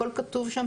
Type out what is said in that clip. הכול כתוב שם.